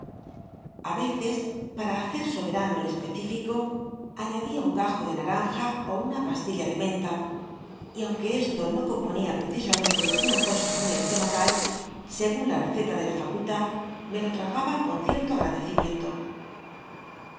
a veces para hacer soberano el especilico añadia un gajo de naranja ó una pastilla de mcnut y aunque esto no componía precisamente una cosa muy estomacal segun la receta de la facultad me lo tragaba con cierto